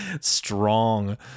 strong